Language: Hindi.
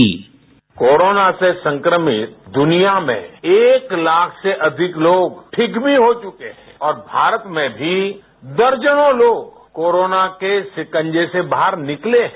बाईट पीएम कोरोना से संक्रमित दनिया में एक लाख से अधिक लोग ठीक भी हो चुके हैं और भारत में भी दर्जनों लोग कोरोना के शिकंजे से वाहर निकले हैं